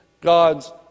God's